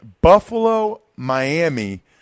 Buffalo-Miami